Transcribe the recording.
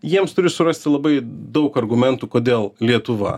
jiems turi surasti labai daug argumentų kodėl lietuva